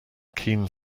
keen